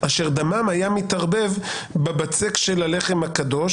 אשר דמם היה מתערבב בבצק של הלחם הקדוש.